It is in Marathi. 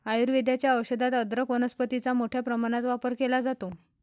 आयुर्वेदाच्या औषधात अदरक वनस्पतीचा मोठ्या प्रमाणात वापर केला जातो